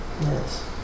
Yes